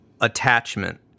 attachment